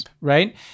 right